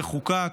וחוקק,